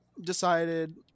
Decided